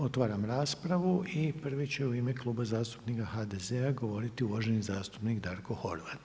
Otvaram raspravu i prvi će u ime Kluba zastupnika HDZ-a govoriti uvaženi zastupnik Darko Horvat.